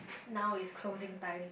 now is closing time